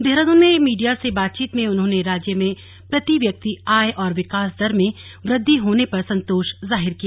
देहरादून में मीडिया से बातचीत में उन्होंने राज्य में प्रति व्यक्ति आय और विकास दर में वृद्धि होने पर संतोष जाहिर किया